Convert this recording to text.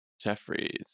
Jeffries